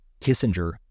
Kissinger